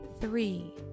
three